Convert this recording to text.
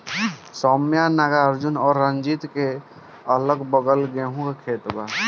सौम्या नागार्जुन और रंजीत के अगलाबगल गेंहू के खेत बा